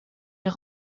der